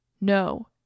No